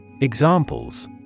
Examples